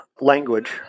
language